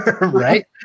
right